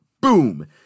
Boom